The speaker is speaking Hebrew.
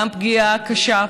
גם פגיעה קשה,